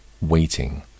waiting